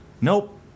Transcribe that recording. Nope